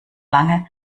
lange